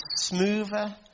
smoother